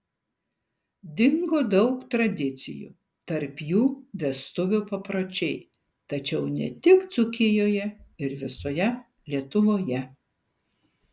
dingo daug tradicijų tarp jų vestuvių papročiai tačiau ne tik dzūkijoje ir visoje lietuvoje